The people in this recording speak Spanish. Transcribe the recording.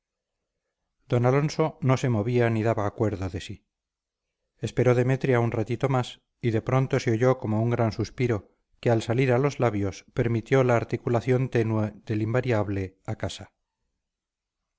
d alonso no se movía ni daba acuerdo de sí esperó demetria un ratito más y de pronto se oyó como un gran suspiro que al salir a los labios permitió la articulación tenue del invariable a casa